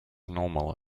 normal